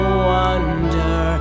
wonder